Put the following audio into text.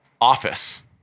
office